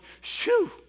shoo